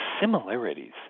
similarities